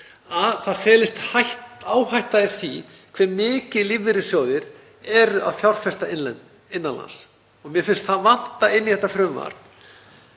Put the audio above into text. að það felist áhætta í því hve mikið lífeyrissjóðir eru að fjárfesta innan lands. Mér finnst vanta inn í þetta frumvarp,